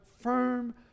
firm